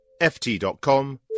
ft.com